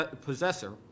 possessor